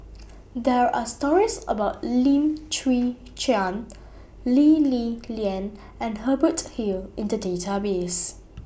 There Are stories about Lim Chwee Chian Lee Li Lian and Hubert Hill in The Database